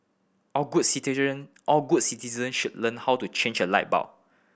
all good citizen all good citizen should learn how to change a light bulb